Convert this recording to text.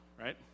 right